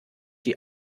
die